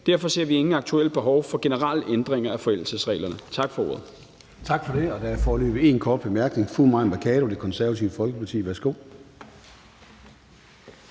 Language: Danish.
Derfor ser vi ingen aktuelle behov for generelle ændringer af forældelsesreglerne. Tak for ordet. Kl. 16:00 Formanden (Søren Gade): Tak for det. Der er foreløbig en kort bemærkning. Fru Mai Mercado, Det Konservative Folkeparti. Værsgo.